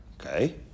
okay